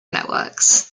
networks